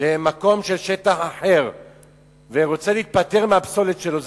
לשטח אחר ורוצה להיפטר מהפסולת שלו,